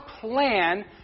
plan